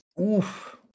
Oof